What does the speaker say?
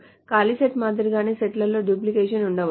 ఖాళీ సెట్ మాదిరిగానే సెట్లలో డూప్లికేషన్ ఉండవచ్చు